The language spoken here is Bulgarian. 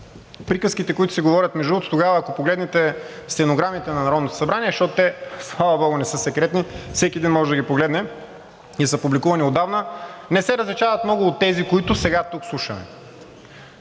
македонизация. Между другото, тогава, ако погледнете стенограмите на Народното събрание, защото те, слава богу, не са секретни, всеки един може да ги погледне и са публикувани отдавна, не се различават много от тези, които сега тук слушаме.